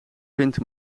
vindt